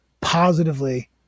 positively